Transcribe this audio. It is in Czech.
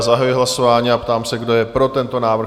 Zahajuji hlasování a ptám se, kdo je pro tento návrh?